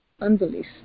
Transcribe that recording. unbelief